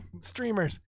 Streamers